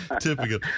Typical